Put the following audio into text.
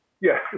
Yes